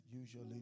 usually